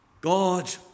God